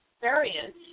variant